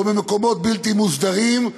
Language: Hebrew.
או במקומות בלתי מוסדרים,